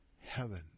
heaven